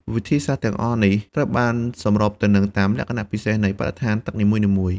វិធីសាស្ត្រទាំងនេះត្រូវបានសម្របទៅតាមលក្ខណៈពិសេសនៃបរិស្ថានទឹកនីមួយៗ។